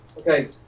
Okay